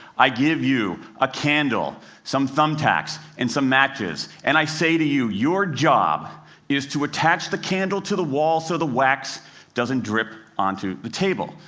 i give you a candle, some thumbtacks and some matches. and i say to you, your job is to attach the candle to the wall so the wax doesn't drip onto the table.